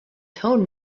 tone